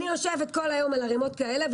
אני יושבת כל היום מול ערימות גבוהות של